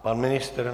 Pan ministr?